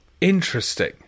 interesting